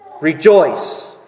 rejoice